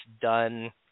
done